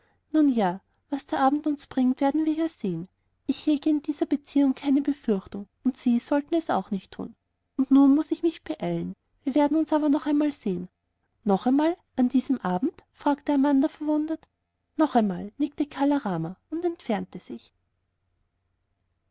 nun ja was der abend uns bringt werden wir ja sehen ich hege in dieser beziehung keine befürchtung und sie sollten es auch nicht tun und nun muß ich mich beeilen wir werden uns aber noch einmal sehen noch einmal an diesem abend fragte amanda verwundert noch einmal nickte kala rama und entfernte sich